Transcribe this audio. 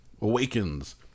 Awakens